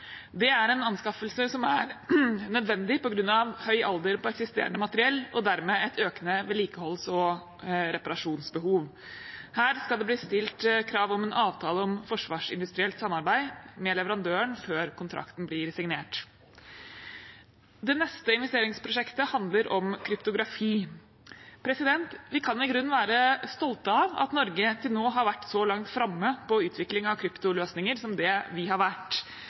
Det er en anskaffelse som er nødvendig på grunn av høy alder på eksisterende materiell, og dermed et økende vedlikeholds- og reparasjonsbehov. Her skal det bli stilt krav om en avtale om forsvarsindustrielt samarbeid med leverandøren før kontrakten blir signert. Det neste investeringsprosjektet handler om kryptografi. Vi kan i grunnen være stolte av at Norge til nå har vært så langt framme på utvikling av kryptoløsninger som det vi har vært.